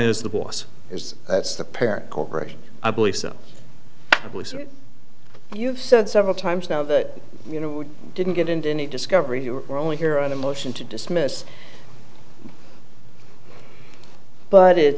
is the boss is that's the parent corporation i believe so you've said several times now that you know we didn't get into any discovery you were only here on a motion to dismiss but it